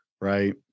Right